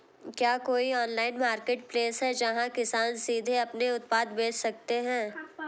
क्या कोई online marketplace है जहां किसान सीधे अपने उत्पाद बेच सकते हैं?